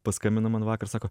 paskambino man vakar sako